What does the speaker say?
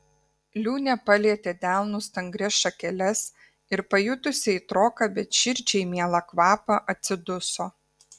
liūnė palietė delnu stangrias šakeles ir pajutusi aitroką bet širdžiai mielą kvapą atsiduso